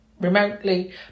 remotely